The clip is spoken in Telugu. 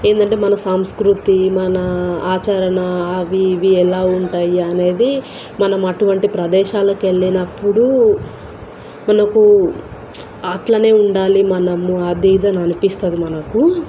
ఏంటంటే మన సంస్కృతి మన ఆచరణ అవీ ఇవీ ఎలా ఉంటాయి అనేది మనం అటువంటి ప్రదేశాలకెళ్ళినప్పుడు మనకు అలానే ఉండాలి మనము అదిీదీ ఇదీ అని అనిపిస్తుంది మనకు